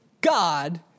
God